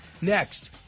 Next